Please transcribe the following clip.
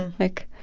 like,